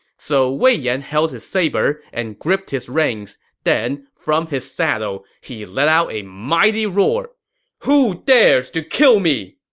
so, wei yan held his saber and gripped his reins. then, from his saddle, he let out a mighty roar who dares to kill me!